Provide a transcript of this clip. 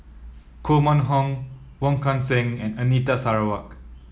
Koh Mun Hong Wong Kan Seng and Anita Sarawak